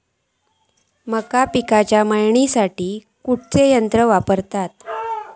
मका पिकाची मळणी करतत तेव्हा खैयचो यंत्र वापरतत?